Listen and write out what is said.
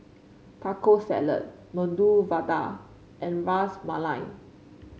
Taco Salad Medu Vada and Ras Malai